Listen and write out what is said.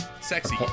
sexy